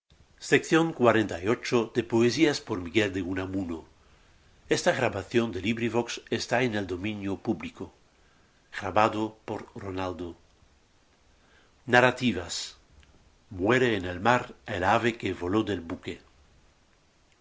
beso de muerte muere en el mar el ave que voló del buque